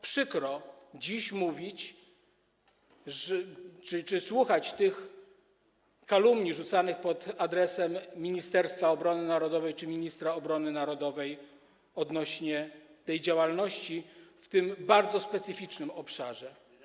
Przykro dziś słuchać tych kalumnii rzucanych pod adresem Ministerstwa Obrony Narodowej czy ministra obrony narodowej odnośnie do działalności w tym bardzo specyficznym obszarze.